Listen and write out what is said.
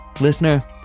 Listener